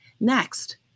Next